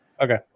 Okay